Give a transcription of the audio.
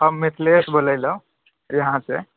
हम मिथिलेश बोलैलए यहाँ से